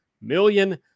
million